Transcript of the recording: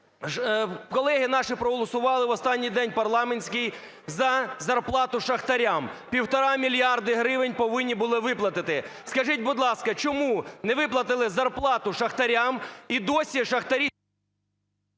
Колеги наші проголосували, в останній день парламентський, за зарплату шахтарям, 1,5 мільярди гривень повинні були виплатити. Скажіть, будь ласка, чому не виплатили зарплату шахтарям? І досі шахтарі…